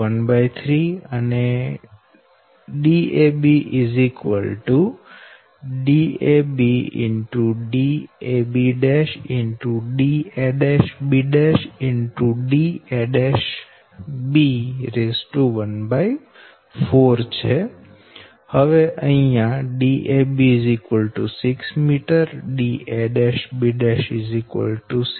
da'b14 અહી dab 6 m da'b' 6 m dab' 62 0